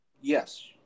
Yes